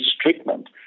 treatment